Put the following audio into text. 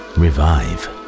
revive